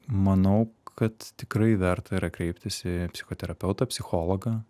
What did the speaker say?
manau kad tikrai verta yra kreiptis į psichoterapeutą psichologą